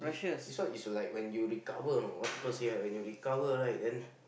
this one is like when you recover know what people say ah when you recover right then